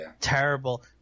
Terrible